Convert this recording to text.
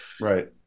right